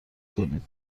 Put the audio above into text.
کنید